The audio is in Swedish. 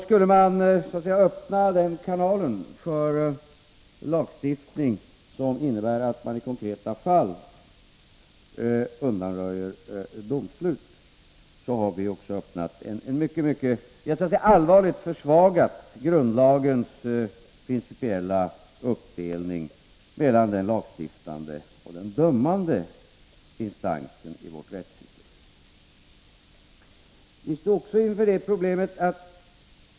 Skulle man öppna en kanal för lagstiftning som innebär att domslut i konkreta fall undanröjs, har man också allvarligt försvagat grundlagens principiella uppdelning mellan den lagstiftande och den dömande instansen i vårt rättssystem. Vi står också inför ett annat problem.